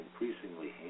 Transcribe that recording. increasingly